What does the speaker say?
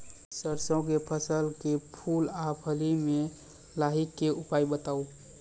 सरसों के फसल के फूल आ फली मे लाहीक के उपाय बताऊ?